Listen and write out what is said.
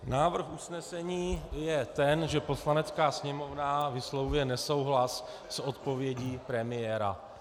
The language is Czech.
Návrh usnesení je ten, že Poslanecká sněmovna vyslovuje nesouhlas s odpovědí premiéra.